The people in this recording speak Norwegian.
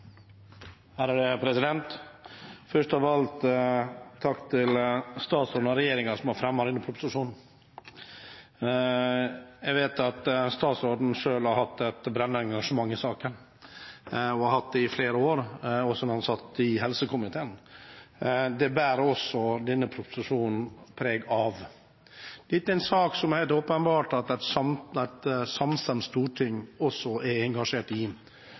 ny sjanse. Først av alt takk til statsråden og regjeringen som har fremmet denne proposisjonen. Jeg vet at statsråden selv har hatt et brennende engasjement i saken og har hatt det i flere år, også da han satt i helsekomiteen. Det bærer også denne proposisjonen preg av. Dette er helt åpenbart en sak et samstemt storting er engasjert i,